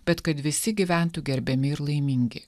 bet kad visi gyventų gerbiami ir laimingi